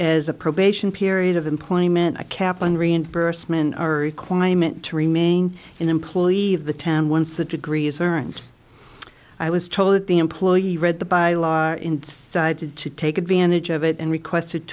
as a probation period of employment a cap on reimbursement our requirement to remain an employee of the town once the degree is earned i was told that the employee read the by law inside to take advantage of it and requested